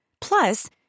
Plus